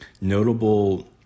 notable